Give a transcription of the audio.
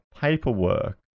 paperwork